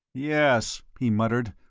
yes, he muttered,